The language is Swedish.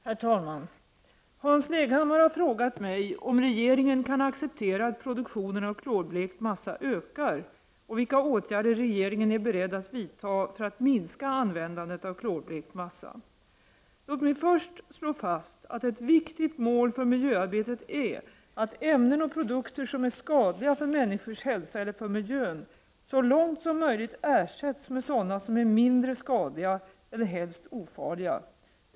Herr talman! Hans Leghammar har frågat mig om regeringen kan acceptera att produktionen av klorblekt massa ökar och vilka åtgärder regeringen är beredd att vidta för att minska användandet av klorblekt massa. Låt mig först slå fast att ett viktigt mål för miljöarbetet är att ämnen och produkter som är skadliga för människors hälsa eller för miljön så långt som möjligt ersätts med sådana som är mindre skadliga och helst ofarliga.